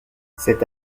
cette